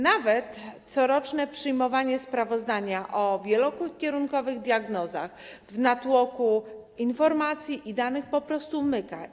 Nawet coroczne przyjmowanie sprawozdania o wielokierunkowych diagnozach w natłoku informacji i danych po prostu umyka.